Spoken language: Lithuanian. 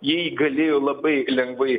jie jį galėjo labai lengvai